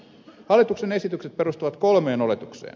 hallituksen esitykset perustuvat kolmeen oletukseen